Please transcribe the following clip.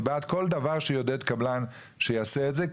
אני בעד כל דבר שיעודד קבלן לעשות את זה.